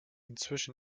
inzwischen